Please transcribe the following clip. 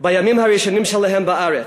בימים הראשונים שלהם בארץ.